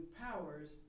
powers